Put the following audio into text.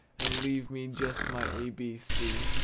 and leave me just my a b c,